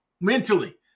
mentally